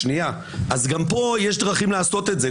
אז גם פה יש דרכים לעשות את זה.